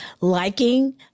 liking